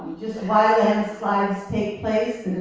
just why landslides take place,